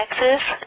Texas